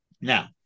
Now